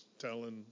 telling